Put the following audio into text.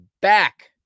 back